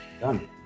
done